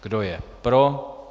Kdo je pro?